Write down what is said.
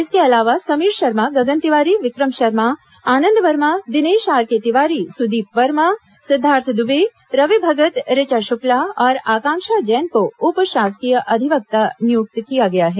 इसके अलावा समीर शर्मा गगन तिवारी विक्रम शर्मा आनंद वर्मा दिनेश आरके तिवारी सुदीप वर्मा सिद्धार्थ दुबे रवि भगत ऋचा शुक्ला और आकांक्षा जैन को उप शासकीय अधिवक्ता नियुक्त किया गया है